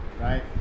Right